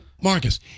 Marcus